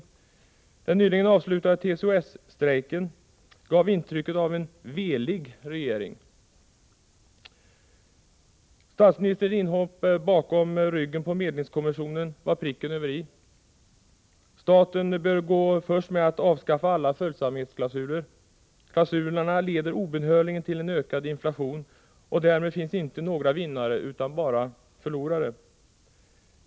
Under den nyligen avslutade TCO-S-strejken gavs intrycket av en velig regering. Statsministerns inhopp bakom ryggen på medlingskommissionen var pricken över i. Staten bör gå först med att avskaffa alla följsamhetsklausuler. Klausulerna leder obönhörligen till ökad inflation, och därmed finns det inte några vinnare utan bara förlorare.